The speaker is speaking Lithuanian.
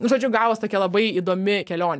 nu žodžiu gavos tokia labai įdomi kelionė